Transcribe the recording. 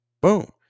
boom